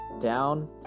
down